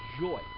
joy